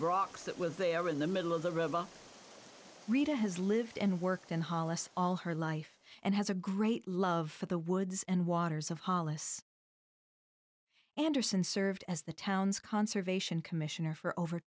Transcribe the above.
rock that was there in the middle of the river rita has lived and worked in hollis all her life and has a great love for the woods and waters of hollis anderson served as the town's conservation commissioner